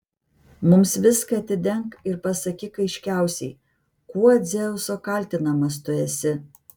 mums viską atidenk ir pasakyk aiškiausiai kuo dzeuso kaltinamas tu esi